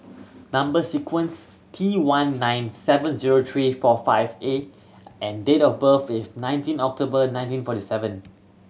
number sequence T one nine seven zero three four five A and date of birth is nineteen October nineteen forty seven